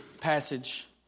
passage